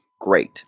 great